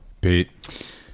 Pete